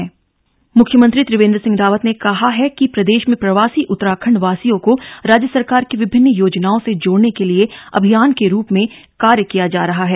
Uttarakhand summit मुख्यमंत्री त्रिवेन्द्र सिंह रावत ने कहा है कि प्रदेश में प्रवासी उत्तराखण्डवासियों को राज्य सरकार की विभिन्न योजनाओं से जोड़ने के लिए अभियान के रूप में कार्य किया जा रहा है